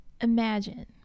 Imagine